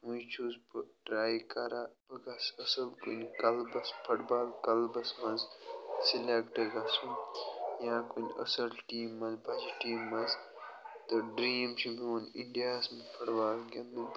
وٕۄنۍ چھُس بہٕ ٹرٛے کَران بہٕ گژھٕ اَصٕل کُنہِ کَلبَس فُٹ بال کَلبَس منٛز سِلٮ۪کٹہٕ گَژھُن یا کُنہِ اَصٕل ٹیٖم منٛز بَجہِ ٹیٖم منٛز تہٕ ڈریٖم چھُ میٛون اِنڈیاہَس منٛز فُٹ بال گِنٛدُنُک